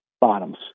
bottoms